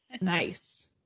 nice